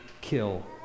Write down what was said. kill